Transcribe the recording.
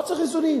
לא צריך איזונים,